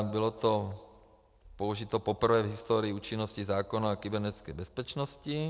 Bylo to použito poprvé v historii účinnosti zákona o kybernetické bezpečnosti.